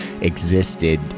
existed